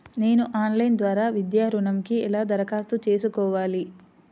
నేను ఆన్లైన్ ద్వారా విద్యా ఋణంకి ఎలా దరఖాస్తు చేసుకోవాలి?